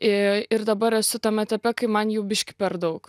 e ir dabar esu tam etape kai man jau biškį per daug